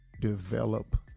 Develop